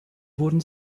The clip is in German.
wurden